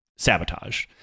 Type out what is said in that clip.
sabotage